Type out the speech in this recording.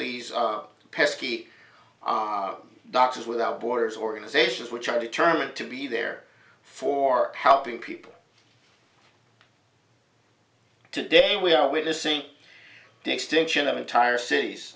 these are pesky doctors without borders organizations which are determined to be there for helping people today we are witnessing the extinction of entire cities